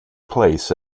place